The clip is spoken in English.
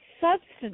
substance